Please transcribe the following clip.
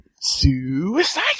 Suicide